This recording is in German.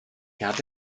habe